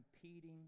competing